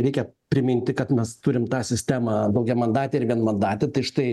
reikia priminti kad mes turim tą sistemą daugiamandatė ir vienmandatė tai štai